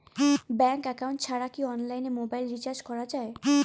Bank account ছাড়া কি অনলাইনে মোবাইল রিচার্জ করা যায়?